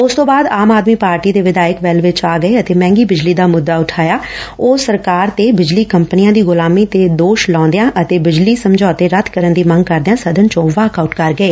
ਉਸ ਤੋਂ ਬਾਅਦ ਆਮ ਆਦਮੀ ਪਾਰਟੀ ਦੇ ਵਿਧਾਇਕ ਵੈੱਲ ਵਿਚ ਆ ਗਏ ਅਤੇ ਮਹਿੰਗੀ ਬਿਜਲੀ ਦਾ ਮੁੱਦਾ ਉਠਾਇਆ ਉਹ ਸਰਕਾਰ ਤੇ ਬਿਜਲੀ ਕੰਪਨੀਆਂ ਦੀ ਗੁਲਾਮੀ ਦੇ ਦੋਸ਼ ਲਾਉਂਦਿਆਂ ਅਤੇ ਬਿਜਲੀ ਸਮਝੌਤੇ ਰੱਦ ਕਰਨ ਦੀ ਮੰਗ ਕਰਦਿਆਂ ਸਦਨ ਚੋ ਵਾਕ ਆਊਟ ਕਰ ਗਏ